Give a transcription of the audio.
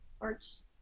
arts